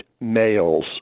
males